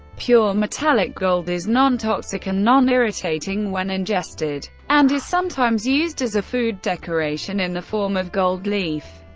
pure metallic gold is non-toxic and non-irritating when ingested and is sometimes used as a food decoration in the form of gold leaf.